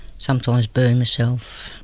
sometimes burn myself,